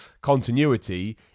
continuity